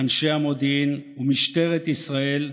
אנשי המודיעין ומשטרת ישראל,